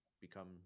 become